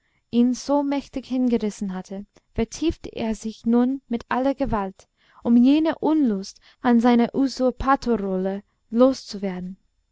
ihn so mächtig hingerissen hatte vertiefte er sich nun mit aller gewalt um jene unlust an seiner usurpatorrolle loszuwerden